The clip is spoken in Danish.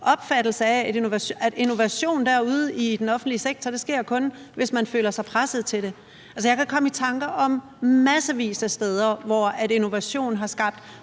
opfattelse af, at innovation derude i den offentlige sektor kun sker, hvis man føler sig presset til det. Jeg kan komme i tanke om massevis af steder, hvor innovation har skabt